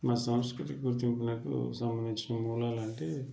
మా సాంస్కృతిక గుర్తింపునకు సంబంధించిన మూలాలు అంటే